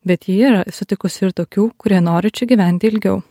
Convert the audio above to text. bet ji yra sutikusi ir tokių kurie nori čia gyventi ilgiau